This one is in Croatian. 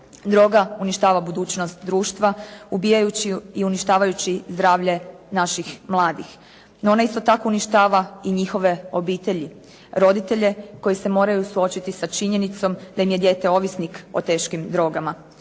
Droga uništava budućnost društva ubijajući i uništavajući zdravlje naših mladih. No, ona isto tako uništava i njihove obitelji, roditelje koji se moraju suočiti sa činjenicom da im je dijete ovisnik o teškim drogama.